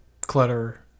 clutter